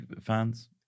fans